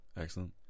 Excellent